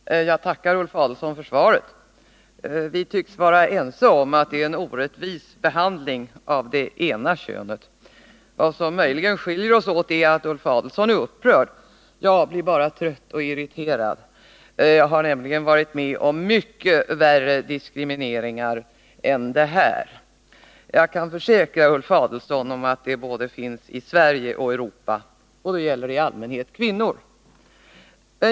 Herr talman! Jag tackar Ulf Adelsohn för svaret. Vi tycks vara ense om att det är en orättvis behandling av det ena könet. Vad som möjligen skiljer oss åt är att Ulf Adelsohn är upprörd. Jag blir bara trött och irriterad. Jag har nämligen varit med om mycket värre diskrimineringar än den här. Jag kan försäkra Ulf Adelsohn att sådant förekommer både i Sverige och i Europa — då gäller det i allmänhet kvinnor.